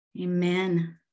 Amen